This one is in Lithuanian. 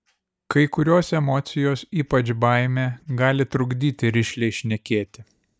kai kurios emocijos ypač baimė gali trukdyti rišliai šnekėti